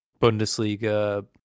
Bundesliga